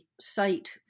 site